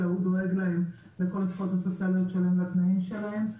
אלא הוא דואג להם לכל הזכויות הסוציאליות שלהם ולתנאים שלהם.